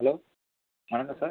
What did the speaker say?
hello வணக்கம் sir